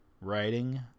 Writing